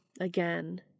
again